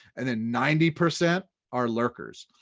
and then ninety percent are lurkers.